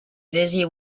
busy